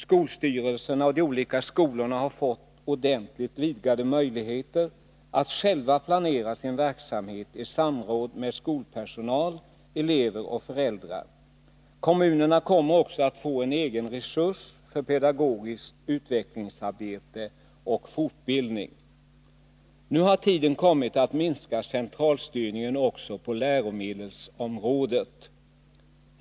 Skolstyrelserna och de olika skolorna har fått ordentligt vidgade möjligheter att själva planera sin verksamhet i samråd med skolpersonal, elever och föräldrar. Kommunerna kommer också att få en egen resurs för pedagogiskt utvecklingsarbete och fortbildning. Nu har tiden kommit att minska centralstyrningen också på läromedelsområdet.